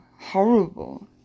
horrible